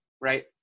right